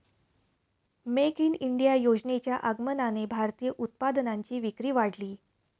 make in India योजनेच्या आगमनाने भारतीय उत्पादनांची विक्री वाढली